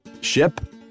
Ship